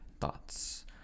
Thoughts